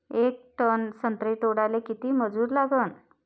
येक टन संत्रे तोडाले किती मजूर लागन?